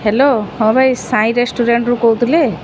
hello ହଁ ଭାଇ ସାଇ ରେଷ୍ଟୁରାଣ୍ଟ୍ରୁ କହୁଥିଲେ